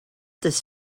this